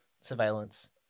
surveillance